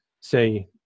say